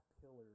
pillars